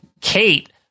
Kate